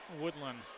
Woodland